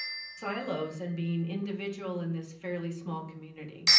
silos and being individual in this fairly small community.